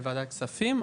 בוועדת כספים.